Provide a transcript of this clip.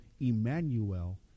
Emmanuel